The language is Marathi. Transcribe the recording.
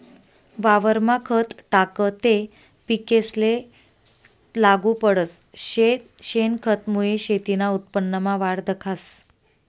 वावरमा खत टाकं ते पिकेसले लागू पडस, शेनखतमुये शेतीना उत्पन्नमा वाढ दखास